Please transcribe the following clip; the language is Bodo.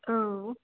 औ